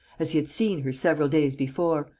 as he had seen her several days before,